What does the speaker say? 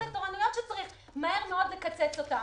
כבר לא דיברנו עכשיו על תורנויות שצריך מהר מאוד לקצץ אותן.